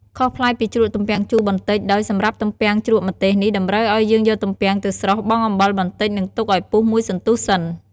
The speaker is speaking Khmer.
ខុសប្លែកពីជ្រក់ទំពាំងជូរបន្តិច ដោយសម្រាប់ទំពាំងជ្រក់ម្ទេសនេះតម្រូវឱ្យយើងយកទំពាំងទៅស្រុះ បង់អំបិលបន្តិច និងទុកឱ្យពុះមួយសន្ទុះសិន។